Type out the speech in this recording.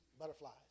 butterflies